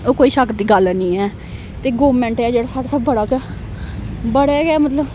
ओह् कोई शक दी गल्ल नं ऐ ते गौरमैंट ऐ जेह्ड़ा साढ़े बड़ा गै बड़ा गै मतलब